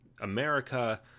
America